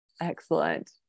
Excellent